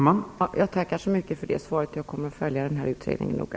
Herr talman! Jag tackar så mycket för det svaret. Jag kommer att följa utredningen noga.